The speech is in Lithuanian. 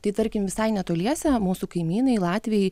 tai tarkim visai netoliese mūsų kaimynai latviai